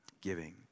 Giving